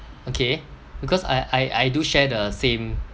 okay because I I I do share the same